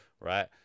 right